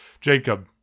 Jacob